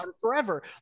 forever